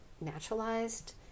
naturalized